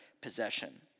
possession